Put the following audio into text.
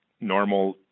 normal